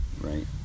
Right